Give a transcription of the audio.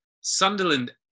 Sunderland